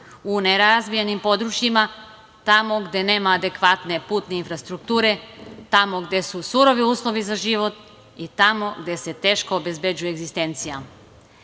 u nerazvijenim područjima, tamo gde nema adekvatne putne infrastrukture, tamo gde su surovi uslovi za život i tamo gde se teško obezbeđuje egzistencija. Kao